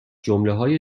جملههای